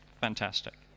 Fantastic